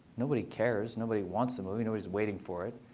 nobody cares. nobody wants a movie. nobody's waiting for it.